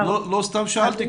לא סתם שאלתי,